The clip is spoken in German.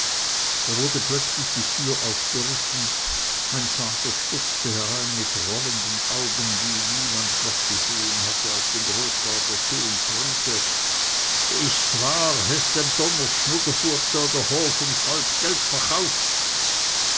da wurde plötzlich die türe aufgerissen mein vater stürzte herein mit rollenden augen wie ihn niemand noch gesehen hatte auf den großvater zu und brüllte ist's wahr hest de dem donners schnuderbueb da dr hof um ds halb geld verkauft